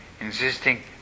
insisting